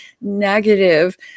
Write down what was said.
negative